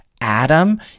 Adam